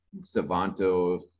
Savanto